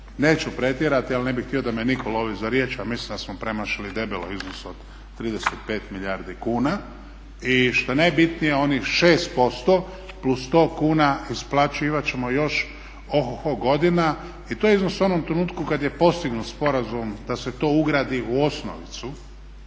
neću pretjerati, ali ne bih htio da me nitko lovi za riječ a mislim da smo premašili debelo iznos od 35 milijardi kuna. I šta je najbitnije onih 6% plus sto kuna isplaćivat ćemo još oho ho godina. I to je iznos u onom trenutku kad je postignut sporazum da se to ugradi u osnovicu,